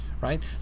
right